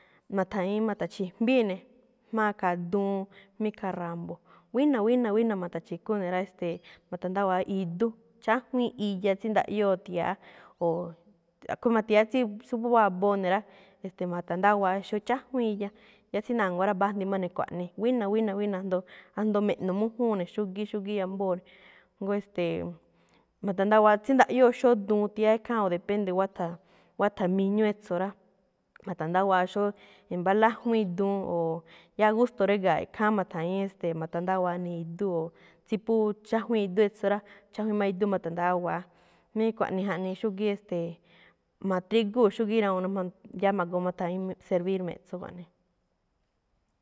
Ma̱tha̱ñi̱í ma̱ta̱chi̱jmbíi ne̱, jma̱á khaa duun, mí ikhaa ra̱mbo̱, buína̱, buína̱, buína̱ ma̱ta̱chikú ne̱ rá, e̱ste̱e̱, ma̱ta̱ndáwa̱á idú, chájwíin iya, tsí ndaꞌdóo thia̱á, o a̱ꞌkhue̱n ma̱thia̱á tsí phú waboo ne̱ rá, ma̱ta̱ndáwa̱á xóó chájwíin iya, ya tsí na̱nguá rá, mbájndi máꞌ ne̱ kuaꞌnii, buína̱, buína̱, buína̱, jndo ajndo̱ me̱ꞌno̱ mújúun ne̱ xúgíí, xúgíi ambóo ne̱, jngó e̱ste̱e̱ ma̱ta̱ndáwa̱á tsí ndaꞌyóo xóó duun thiáá kháánꞌ, o depende wátha̱, wátha̱ miñú etso rá, ma̱ta̱ndáwa̱á xóó e̱mbá lájwíin duun o yáá gusto réga̱a̱ꞌ ikháánꞌ ma̱tha̱ñi̱í, e̱ste̱e̱, ma̱ta̱ndáwa̱áꞌ ne idú o tsí phú chájwíin idú etso rá, chajwíin máꞌ idú ma̱ta̱ndáwa̱á, mí kuaꞌnii jaꞌnii xúgíí̱, e̱ste̱e̱, ma̱trigúu xúgíí rawuun yáá ma̱goo ma̱tha̱ñi̱í ne̱ servir me̱ꞌtso jaꞌnii.